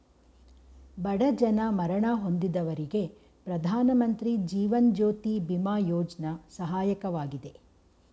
ಬಡ ಜನ ಮರಣ ಹೊಂದಿದವರಿಗೆ ಪ್ರಧಾನಮಂತ್ರಿ ಜೀವನ್ ಜ್ಯೋತಿ ಬಿಮಾ ಯೋಜ್ನ ಸಹಾಯಕವಾಗಿದೆ